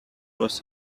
was